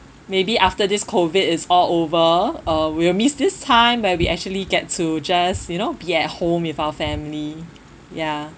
maybe after this COVID is all over uh we'll miss this time where we actually get to just you know be at home with our family ya